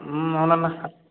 అవును అన్న